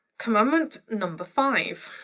commandment number five.